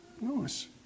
nice